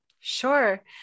Sure